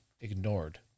ignored